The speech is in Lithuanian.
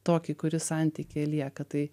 tokį kuris santykyje lieka tai